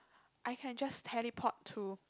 I can just teleport to